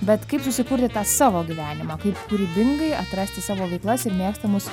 bet kaip susikurti tą savo gyvenimą kaip kūrybingai atrasti savo veiklas ir mėgstamus